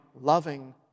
loving